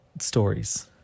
stories